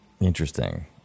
Interesting